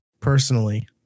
personally